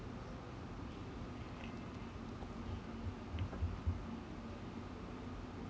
uh